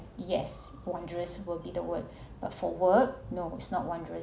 yes wanderers will be the word but for work no is not wanderers